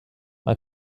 man